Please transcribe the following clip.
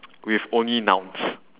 with only nouns